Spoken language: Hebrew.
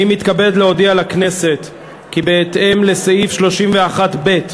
אני מתכבד להודיע לכנסת, כי בהתאם לסעיף 31(ב)